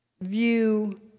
view